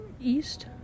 east